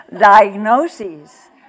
diagnoses